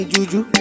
Juju